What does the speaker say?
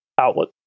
outlet